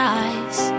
eyes